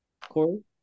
Corey